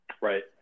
Right